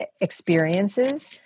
experiences